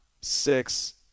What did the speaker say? six